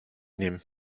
nehmen